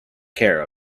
care